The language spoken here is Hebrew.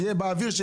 שיהיה באוויר,